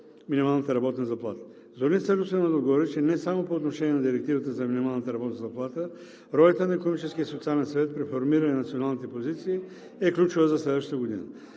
минималната работна заплата. Зорница Русинова отговори, че не само по отношение на Директивата за минимална работна заплата, ролята на Икономическия и социален съвет при формиране на националните позиции е ключова за следващата година.